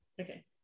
okay